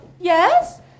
Yes